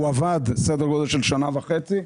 הוא עבד כשנה וחצי,